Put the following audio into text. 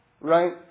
right